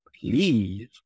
please